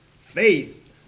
Faith